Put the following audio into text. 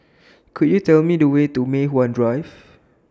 Could YOU Tell Me The Way to Mei Hwan Drive